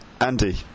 Andy